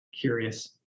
curious